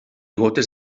gotes